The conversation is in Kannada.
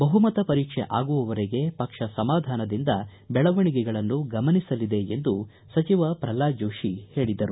ಬಹುಮತ ಪರೀಕ್ಷೆ ಆಗುವವರೆಗೆ ಪಕ್ಷ ಸಮಾಧಾನದಿಂದ ಬೆಳವಣಿಗೆಗಳನ್ನು ಗಮನಿಸಲಿದೆ ಎಂದು ಸಚಿವ ಪ್ರಲ್ವಾದ್ ಜೋತಿ ಹೇಳಿದರು